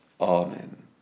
Amen